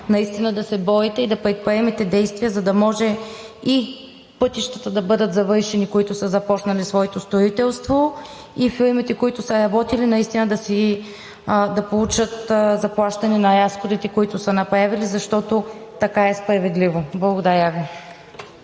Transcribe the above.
наистина да се борите и да предприемете действия, за да може и пътищата да бъдат завършени, които са започнали своето строителство, и фирмите, които са работили, наистина да получат заплащане за разходите, които са направили, защото така е справедливо. Благодаря Ви.